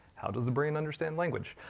how does the brain understand language?